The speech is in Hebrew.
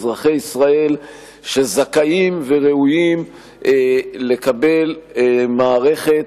אזרחי ישראל שזכאים וראויים לקבל מערכת,